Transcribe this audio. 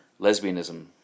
Lesbianism